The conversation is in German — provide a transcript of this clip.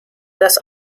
das